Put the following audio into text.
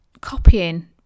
copying